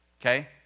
Okay